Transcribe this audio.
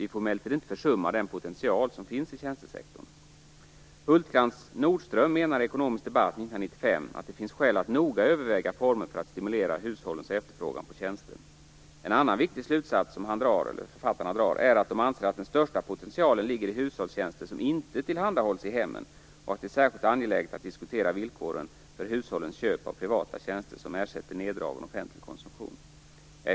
Vi får emellertid inte försumma den potential som finns inom tjänstesektorn. Hultkrantz/Nordström menar i Ekonomisk debatt 1995 att det finns skäl att noga överväga former för att stimulera hushållens efterfrågan på tjänster. En annan viktig slutsats som författarna drar är att den största potentialen ligger i hushållstjänster som inte tillhandahålls i hemmen och att det är särskilt angeläget att diskutera villkoren för hushållens köp av privata tjänster som ersätter neddragen offentlig konsumtion.